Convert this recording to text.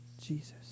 Jesus